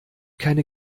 keine